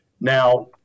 Now